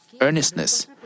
earnestness